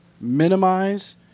minimize